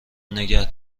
نگه